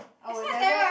I will never